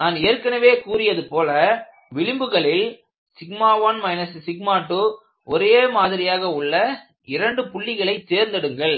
நான் ஏற்கனவே கூறியது போல விளிம்புகளில் 1 2ஒரே மாதிரியாக உள்ள இரண்டு புள்ளிகளை தேர்ந்தெடுங்கள்